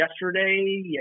yesterday